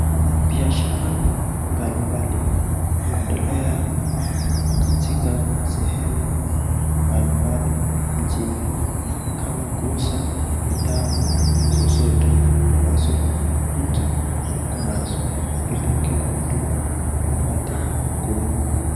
Biashara mbalimbali huendelea katika sehemu mbalimbali mjini, kama kuuza bidhaa zozote ambazo mtu akonazo, ili kila mtu apate kununua.